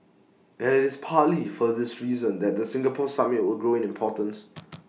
and IT is partly for this reason that the Singapore summit will grow in importance